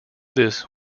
this